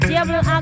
Table